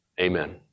Amen